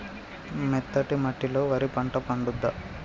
మెత్తటి మట్టిలో వరి పంట పండుద్దా?